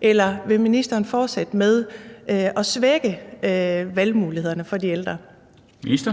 eller vil ministeren fortsætte med at svække valgmulighederne for de ældre? Kl.